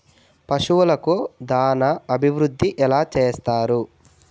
పశువులకు దాన అభివృద్ధి ఎలా చేస్తారు?